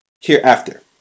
Hereafter